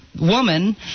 woman